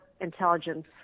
intelligence